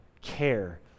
care